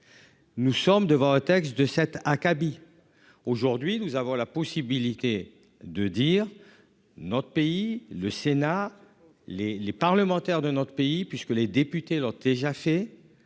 Nous sommes devant le texte de cet acabit. Aujourd'hui nous avons la possibilité de dire notre pays le Sénat les les parlementaires de notre pays puisque les députés leur déjà fait.